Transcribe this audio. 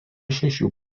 šešių